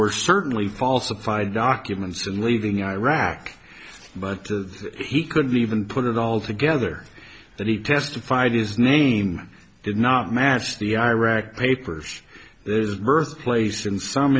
were certainly falsified documents and leaving iraq but he couldn't even put it all together that he testified his name did not match the iraq papers there's birthplace in some